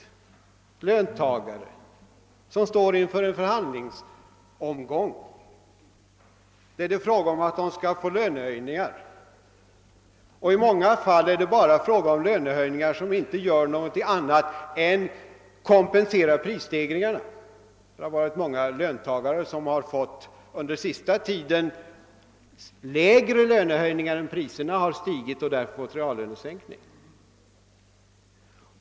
Vi kan ju tänka på löntagare som står inför en förhandlingsomgång, där det är fråga om att de skall få lönehöjningar, som i många fall inte ger någonting annat än kompensation för prisstegringarna; många löntagare har under den senaste tiden fått mindre i lönehöjning än vad priserna har stigit, och det har gett dem reallönesänkningar.